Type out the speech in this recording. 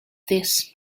this